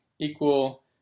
equal